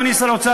אדוני שר האוצר,